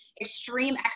extreme